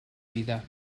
vida